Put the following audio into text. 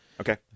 Okay